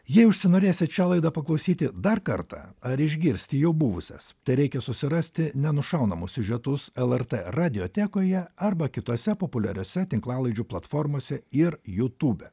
jei užsinorėsit šią laidą paklausyti dar kartą ar išgirsti jau buvusias tereikia susirasti nenušaunamus siužetus lrt radiotekoje arba kitose populiariose tinklalaidžių platformose ir jutūbe